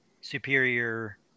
Superior